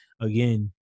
again